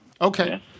Okay